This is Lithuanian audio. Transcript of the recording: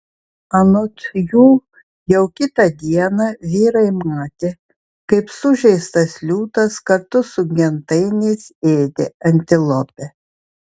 anot jų jau kitą dieną vyrai matė kaip sužeistas liūtas kartu su gentainiais ėdė antilopę